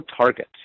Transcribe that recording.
target